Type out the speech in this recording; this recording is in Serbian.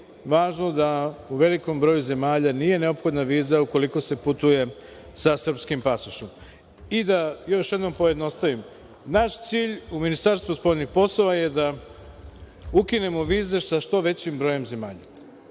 važno da u velikom broju zemalja nije neophodna viza ukoliko se putuje sa srpskim pasošem. Da još jednom pojednostavim, naš cilj u Ministarstvu spoljnih poslova je da ukinemo vize sa što većim brojem zemalja